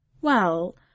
Well